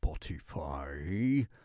Spotify